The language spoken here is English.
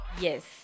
Yes